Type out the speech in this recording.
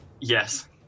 Yes